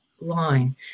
line